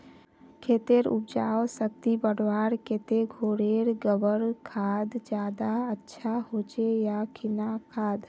खेतेर उपजाऊ शक्ति बढ़वार केते घोरेर गबर खाद ज्यादा अच्छा होचे या किना खाद?